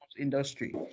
industry